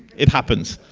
it happens.